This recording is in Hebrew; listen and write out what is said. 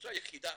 הקבוצה היחידה